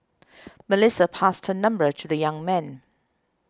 Melissa passed her number to the young man